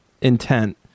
intent